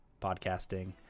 podcasting